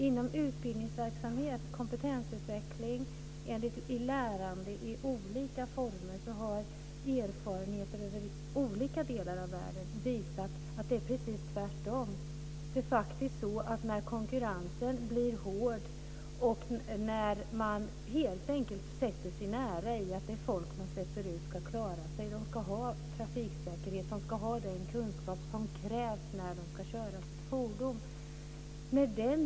Inom utbildningsverksamhet, kompetensutveckling och i lärande i olika former har erfarenheter från olika delar av världen visat att det är precis tvärtom. Det är faktiskt så att när konkurrensen blir hård sätter man helt enkelt sätter sin ära i att de människor man släpper ut ska klara sig, att de ska ha den kunskap som krävs när de ska köra sitt fordon.